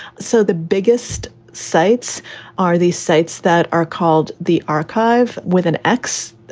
so the biggest sites are these sites that are called the archive with an x.